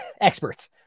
Experts